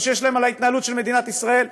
או על ההתנהלות של מדינת ישראל,